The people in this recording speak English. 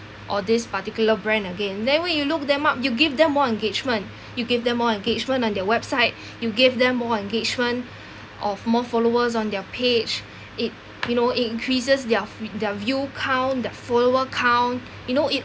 or this particular brand again then when you look them up you give them more engagement you gave them more engagement on their website you' gave them more engagement of more followers on their page it you know it increases their f~ their view count their follower count you know it